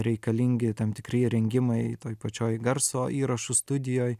reikalingi tam tikri įrengimai toj pačioj garso įrašų studijoj